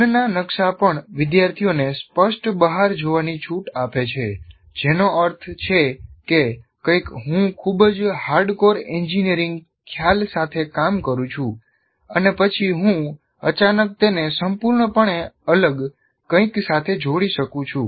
મનનાં નકશા પણ વિદ્યાર્થીઓને સ્પષ્ટ બહાર જોવાની છૂટ આપે છે જેનો અર્થ છે કે કંઈક હું ખૂબ જ હાર્ડકોર એન્જિનિયરિંગ ખ્યાલ સાથે કામ કરું છું અને પછી હું અચાનક તેને સંપૂર્ણપણે અલગ કંઈક સાથે જોડી શકું છું